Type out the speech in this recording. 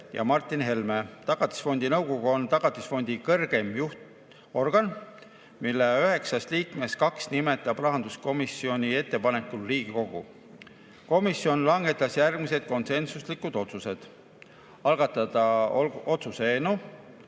ja Martin Helme. Tagatisfondi nõukogu on Tagatisfondi kõrgeim juhtorgan, mille üheksast liikmest kaks nimetab rahanduskomisjoni ettepanekul Riigikogu. Komisjon langetas järgmised konsensuslikud otsused: algatada otsuse